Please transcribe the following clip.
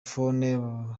phone